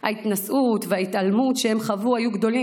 ההתנשאות וההתעלמות שהם חוו היו גדולות,